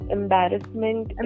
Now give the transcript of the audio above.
embarrassment